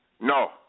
No